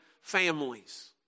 families